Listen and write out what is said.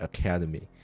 Academy